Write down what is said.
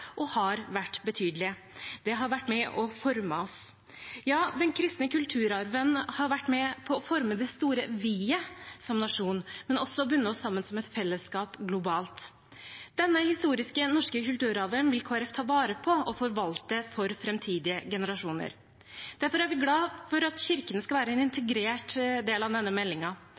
og har vært betydelig. Det har vært med på å forme oss. Ja, den kristne kulturarven har vært med på å forme det store vi-et som nasjon, men også bundet oss sammen som et fellesskap globalt. Denne historiske norske kulturarven vil Kristelig Folkeparti ta vare på og forvalte for framtidige generasjoner. Derfor er vi glade for at kirkene skal være en integrert del av denne